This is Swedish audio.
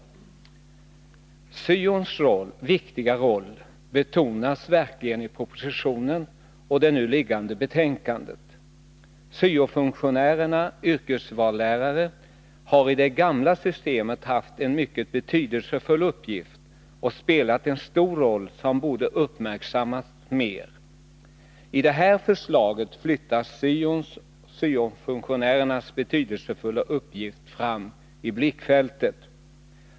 Syons viktiga roll betonas verkligen i propositionen och det nu föreliggan de betänkandet. Syo-funktionärerna — yrkesvalslärarna — har i det gamla systemet haft en mycket betydelsefull uppgift och spelat en stor roll, som borde ha uppmärksammats mer. I det här förslaget flyttas syons och syo-funktionärernas betydelsefulla uppgift fram i blickfältet.